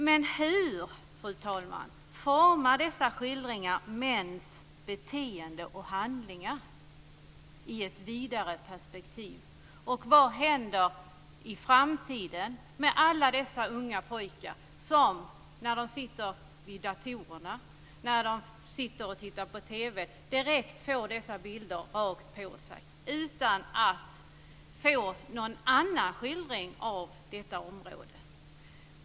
Men hur, fru talman, formar dessa skildringar mäns beteenden och handlingar i ett vidare perspektiv, och vad händer i framtiden med alla de unga pojkar som, när de sitter vid datorerna och när de tittar på TV får dessa bilder rakt på sig, utan att få någon annan skildring av detta område?